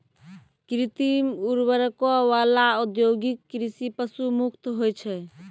कृत्रिम उर्वरको वाला औद्योगिक कृषि पशु मुक्त होय छै